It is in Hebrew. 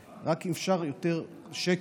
רק אם אפשר, יותר שקט.